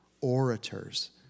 orators